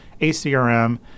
ACRM